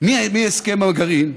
מהסכם הגרעין,